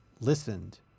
listened